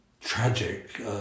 tragic